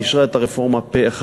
היא אישרה את הרפורמה פה-אחד.